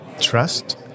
trust